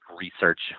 research